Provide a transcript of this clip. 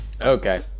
Okay